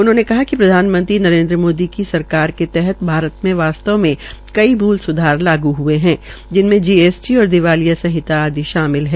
उन्होने कहा कि प्रधानमंत्री नरेन्द्र मोदी की सरकार के तहत भारत में वास्तव में कई मूल सुधार लागू ह्ये है जिनमें जीएसटी और दिवालिया संहिता आदि शामिल है